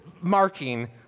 marking